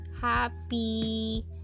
happy